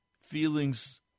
Feelings